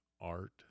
art